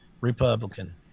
Republican